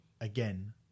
again